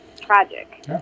tragic